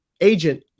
agent